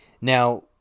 Now